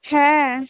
হ্যাঁ